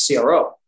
CRO